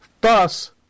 Thus